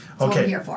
Okay